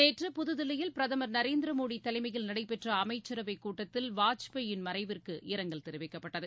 நேற்று புதுதில்லியில் பிரதமர் திரு நரேந்திர மோடி தலைமையில் நடைபெற்ற அமைச்சரவை கூட்டத்தில் வாஜ்பாயின் மறைவிற்கு இரங்கல் தெரிவிக்கப்பட்டது